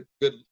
Good